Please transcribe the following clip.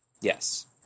Yes